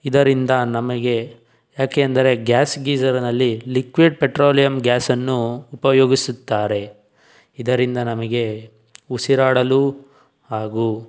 ಇದರಿಂದ ನಮಗೆ ಯಾಕೆಂದರೆ ಗ್ಯಾಸ್ ಗೀಝರನಲ್ಲಿ ಲಿಕ್ವಿಡ್ ಪೆಟ್ರೋಲಿಯಂ ಗ್ಯಾಸನ್ನು ಉಪಯೋಗಿಸುತ್ತಾರೆ ಇದರಿಂದ ನಮಗೆ ಉಸಿರಾಡಲು ಹಾಗು